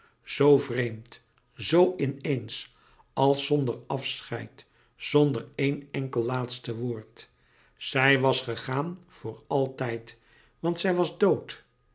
zoo vreemd zoo in eens als zonder afscheid zonder één enkel laatste woord zij was gegaan voor altijd want zij was dood